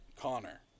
Connor